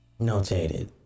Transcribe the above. Notated